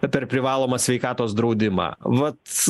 per privalomą sveikatos draudimą vat